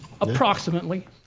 Approximately